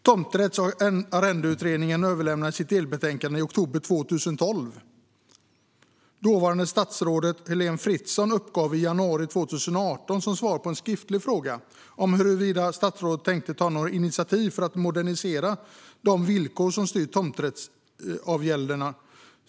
Tomträtts och arrendeutredningen överlämnade sitt delbetänkande i oktober 2012. Dåvarande statsrådet Helene Fritzon besvarade i januari 2018 en skriftlig fråga om huruvida statsrådet tänkte ta några initiativ för att modernisera de villkor som styr tomträttsavgälder.